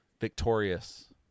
Victorious